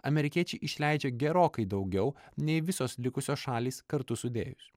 amerikiečiai išleidžia gerokai daugiau nei visos likusios šalys kartu sudėjus